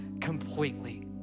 completely